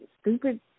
stupid